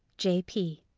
j p.